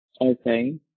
Okay